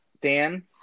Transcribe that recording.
Dan